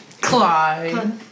Clyde